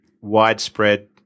widespread